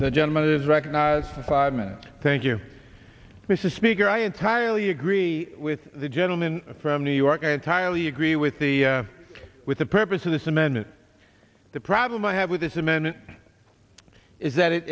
the gentleman is recognized as a fireman and thank you mr speaker i entirely agree with the gentleman from new york i entirely agree with the with the purpose of this amendment the problem i have with this amendment is that it